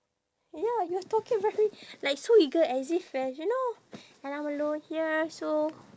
ya you are talking very like so eager as if as you know and I'm alone here so